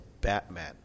Batman